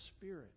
spirit